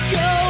go